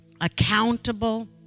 accountable